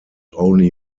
only